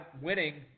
winning